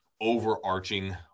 overarching